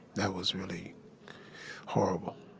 that was really horrible